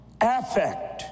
Affect